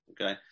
Okay